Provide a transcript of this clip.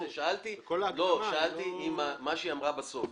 שאלתי על מה שהיא אמרה בסוף.